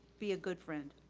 be a good friend.